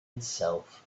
itself